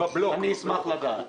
אני אשמח לדעת.